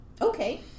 Okay